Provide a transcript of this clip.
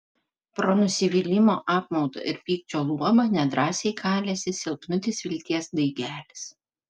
pro nusivylimo apmaudo ir pykčio luobą nedrąsiai kalėsi silpnutis vilties daigelis